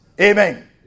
Amen